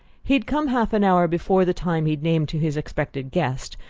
he had come half an hour before the time he had named to his expected guest,